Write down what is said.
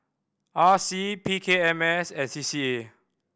R C P K M S and C C A